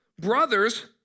brothers